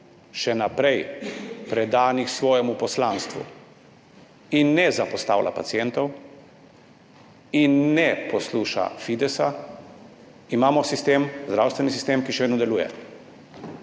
še naprej predana svojemu poslanstvu in ne zapostavlja pacientov in ne posluša Fidesa, imamo zdravstveni sistem, ki še vedno deluje.